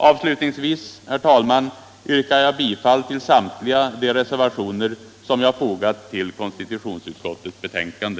Avslutningsvis yrkar jag bifall till de reservationer som jag fogat vid konstitutionsutskottets betänkande.